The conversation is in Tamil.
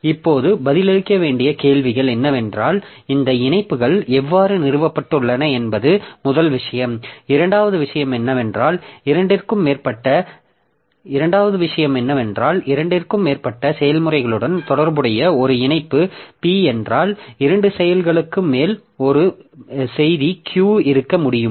இப்போது பதிலளிக்க வேண்டிய கேள்விகள் என்னவென்றால் இந்த இணைப்புகள் எவ்வாறு நிறுவப்பட்டுள்ளன என்பது முதல் விஷயம் இரண்டாவது விஷயம் என்னவென்றால் இரண்டுக்கும் மேற்பட்ட செயல்முறைகளுடன் தொடர்புடைய ஒரு இணைப்பு P என்னால் இரண்டு செயல்களுக்கு மேல் ஒரு செய்தி Q இருக்க முடியுமா